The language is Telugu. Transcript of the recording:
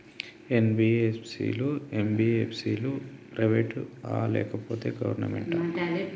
ఎన్.బి.ఎఫ్.సి లు, ఎం.బి.ఎఫ్.సి లు ప్రైవేట్ ఆ లేకపోతే గవర్నమెంటా?